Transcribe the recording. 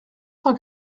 cent